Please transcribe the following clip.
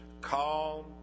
calm